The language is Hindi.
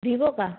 वीवो का